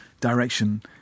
direction